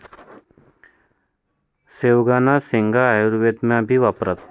शेवगांना शेंगा आयुर्वेदमा भी वापरतस